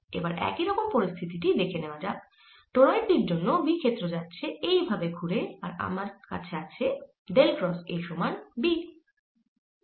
এবার একই রকম পরিস্থিতি টি দেখে নেওয়া যাক টোরয়েড টির জন্য B ক্ষেত্র যাচ্ছে এই ভাবে ঘুরে আর আমার আছে ডেল ক্রস A সমান B